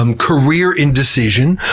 um career indecision,